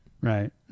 right